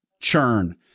churn